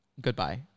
goodbye